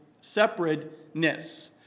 separateness